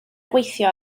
gweithio